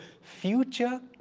future